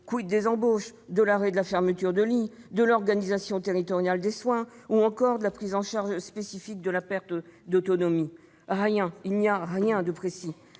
: des embauches, de l'arrêt des fermetures de lits, de l'organisation territoriale des soins ou encore de la prise en charge spécifique de la perte d'autonomie ? Rien, il n'y a rien de précis,